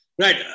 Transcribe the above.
Right